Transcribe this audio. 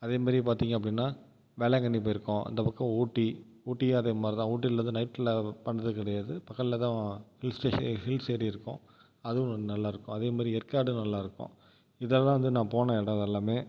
அதே மாதிரி பார்த்தீங்க அப்படின்னா வேளாங்கண்ணி போய்ருக்கோம் அந்த பக்கம் ஊட்டி ஊட்டியும் அதே மாதிரிதான் ஊட்டியில் வந்து நைட்டில் பண்ணது கிடையாது பகலில் தான் ஹில் ஸ்டேஷன் ஹில் சைடு இருக்கும் அதுவும் ஒரு நல்லாயிருக்கும் அதே மாதிரி ஏற்காடு நல்லாயிருக்கும் இதெல்லாம் வந்து நான் போன இடம் இது எல்லாமே